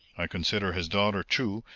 i consider his daughter, too,